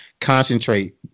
concentrate